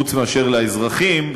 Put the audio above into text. חוץ מאשר לאזרחים,